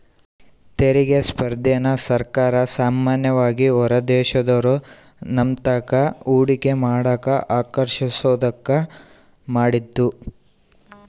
ತೆರಿಗೆ ಸ್ಪರ್ಧೆನ ಸರ್ಕಾರ ಸಾಮಾನ್ಯವಾಗಿ ಹೊರದೇಶದೋರು ನಮ್ತಾಕ ಹೂಡಿಕೆ ಮಾಡಕ ಆಕರ್ಷಿಸೋದ್ಕ ಮಾಡಿದ್ದು